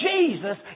Jesus